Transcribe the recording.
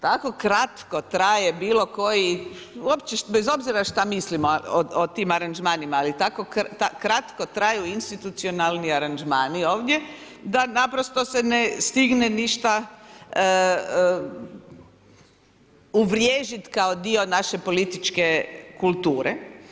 Tako kratko traje bilo koji, uopće bez obzira što mislimo o tim aranžmanima, ali je tako kratko traju institucionalni aranžmani ovdje, da naprosto se ne stigne ništa uvriježiti kao dio naše političke kulture.